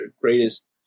greatest